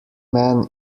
man